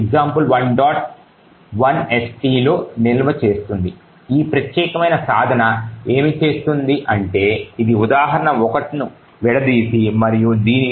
lst లో నిల్వ చేస్తుంది ఈ ప్రత్యేక సాధనం ఏమి చేస్తుంది అంటే ఇది ఉదాహరణ1ను విడదీసి మరియు దీనిని example1